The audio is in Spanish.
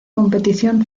competición